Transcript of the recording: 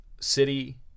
city